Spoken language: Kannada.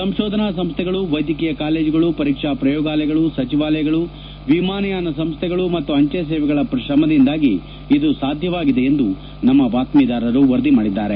ಸಂಶೋಧನಾ ಸಂಸ್ಥೆಗಳು ವೈದ್ಯಕೀಯ ಕಾಲೇಜುಗಳು ಪರೀಕ್ಷಾ ಪ್ರಯೋಗಾಲಯಗಳು ಸಚಿವಾಲಯಗಳು ವಿಮಾನಯಾನ ಸಂಸ್ಥೆಗಳು ಮತ್ತು ಅಂಜೆ ಸೇವೆಗಳ ಶ್ರಮದಿಂದಾಗಿ ಇದು ಸಾಧ್ಯವಾಗಿದೆ ಎಂದು ನಮ್ಮ ಬಾತ್ಮೀದಾರರು ವರದಿ ಮಾಡಿದ್ದಾರೆ